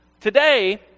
Today